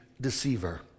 deceiver